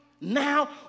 now